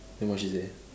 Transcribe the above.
then what she say